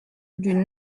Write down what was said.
d’une